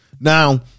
Now